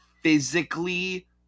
physically